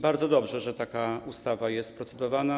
Bardzo dobrze, że taka ustawa jest procedowana.